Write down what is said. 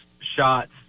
shots